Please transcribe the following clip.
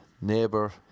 neighbor